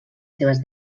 seves